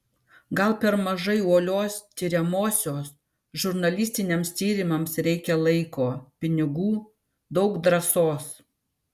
gal per mažai uolios tiriamosios žurnalistiniams tyrimams reikia laiko pinigų daug drąsos